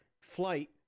flight